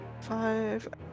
five